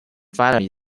finally